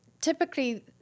typically